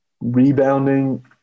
rebounding